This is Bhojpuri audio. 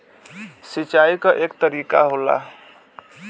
सिंचाई क तरीका होला